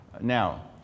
Now